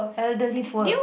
elderly poor